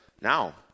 now